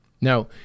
Now